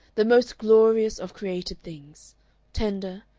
the most glorious of created things tender,